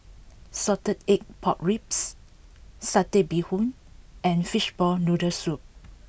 Salted Egg Pork Ribs Satay Bee Hoon and Fishball Noodle Soup